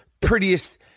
prettiest